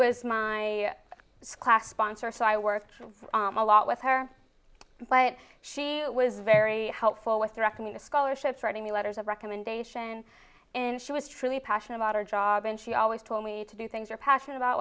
was my squash sponsor so i worked a lot with her but she was very helpful with directing the scholarships writing the letters of recommendation in she was truly passionate about her job and she always told me to do things you're passionate about